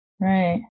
right